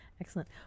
excellent